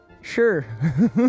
Sure